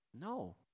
No